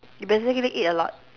you basically eat a lot